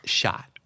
shot